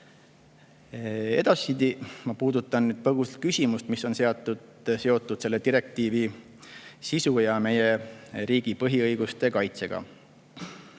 Edaspidi ma puudutan põgusalt küsimust, mis on seotud selle direktiivi sisu ja meie riigi põhiõiguste kaitsega.